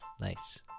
Nice